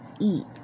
eat